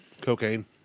Cocaine